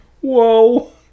Whoa